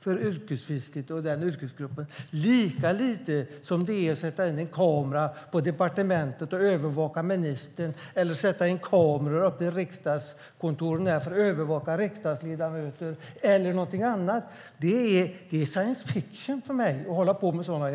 för yrkesfisket och den yrkesgruppen, lika lite som det är aktuellt att sätta in en kamera på departementet och övervaka ministern eller att sätta in kameror i riksdagskontoren för att övervaka riksdagsledamöter. För mig är det science fiction att hålla på med sådant.